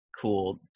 cool